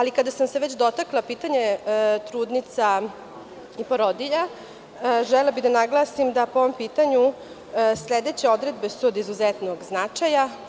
Kada sam se već dotakla pitanja trudnica i porodilja, želela bih da naglasim da po ovom pitanju su sledeće odredbe od izuzetnog značaja.